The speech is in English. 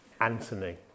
Anthony